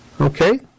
Okay